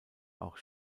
auch